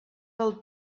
del